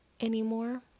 anymore